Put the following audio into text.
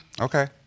Okay